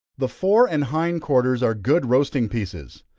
the fore and hind quarters are good roasting pieces.